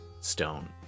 stone